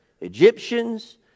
Egyptians